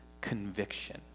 conviction